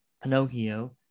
Pinocchio